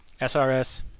SRS